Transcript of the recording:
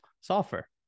software